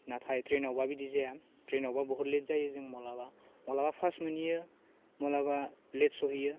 नाथाय ट्रेनावबा बिदि जाया ट्रेनावबा बुहुथ लेट जायो जों मालाबा मालाबा पास्ट मोनहैयो मालाबा लेट सहैयो